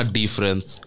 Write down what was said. difference